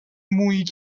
موئی